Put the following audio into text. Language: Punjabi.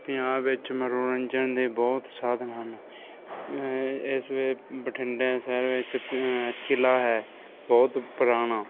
ਪੰਜਾਬ ਵਿੱਚ ਮਨੋਰੰਜਨ ਦੇ ਬਹੁਤ ਸਾਧਨ ਹਨ ਮੈਂ ਇਸ ਬਠਿੰਡਾ ਸ਼ਹਿਰ ਵਿੱਚ ਇੱਕ ਕਿਲ੍ਹਾ ਹੈ ਬਹੁਤ ਪੁਰਾਣਾ